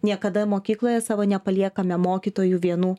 niekada mokykloje savo nepaliekame mokytojų vienų